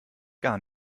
gar